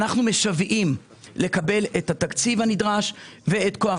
אנחנו משוועים לקבל את התקציב הנדרש ואת כוח